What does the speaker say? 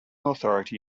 authority